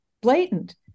Blatant